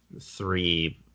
three